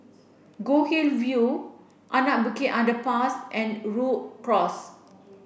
Goldhill View Anak Bukit Underpass and Rhu Cross